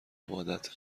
عبادته